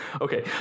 Okay